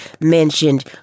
mentioned